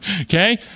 Okay